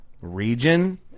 region